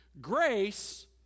Grace